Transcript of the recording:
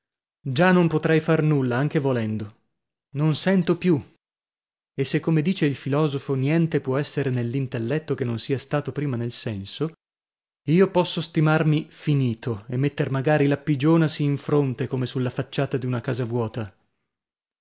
già non potrei far nulla anche volendo non sento più e se come dice il filosofo niente può essere nell'intelletto che non sia stato prima nel senso io posso stimarmi finito e metter magari l'appigionasi in fronte come sulla facciata d'una casa vuota